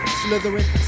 slithering